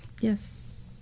Yes